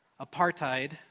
apartheid